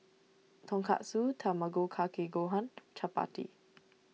Tonkatsu Tamago Kake Gohan Chapati